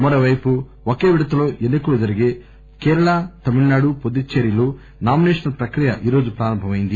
మరోపైపు ఒకే విడతలో ఎన్నికలు జరిగే కేరళ తమిళనాడు పుదుచ్చేరిలో నామినేషన్ల ప్రక్రియ నేడు ప్రారంభం అయింది